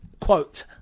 quote